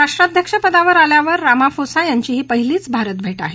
राष्ट्राध्यक्षपदावर आल्यानंतर रामाफोसा यांची ही पहिलीच भारत भेट आहे